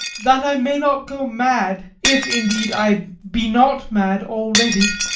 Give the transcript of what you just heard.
that i may not go mad, if, indeed, i be not mad already.